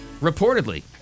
reportedly